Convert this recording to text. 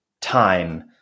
time